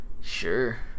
Sure